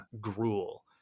gruel